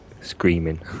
screaming